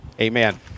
Amen